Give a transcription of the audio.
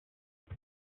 elle